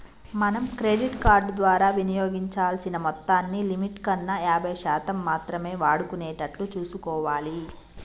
మనం credit card ద్వారా వినియోగించాల్సిన మొత్తాన్ని లిమిట్ కన్నా యాభై శాతం మాత్రమే వాడుకునేటట్లు చూసుకోవాలి